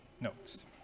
notes